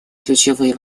ключевые